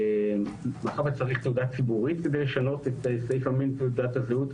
מאחר שצריך תעודה ציבורית כדי לשנות את סעיף המין בתעודת הזהות,